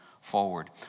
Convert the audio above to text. forward